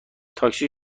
تاکسی